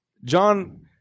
John